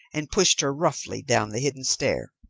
and pushed her roughly down the hidden stair.